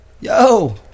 Yo